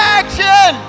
action